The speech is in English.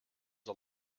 was